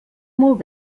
molt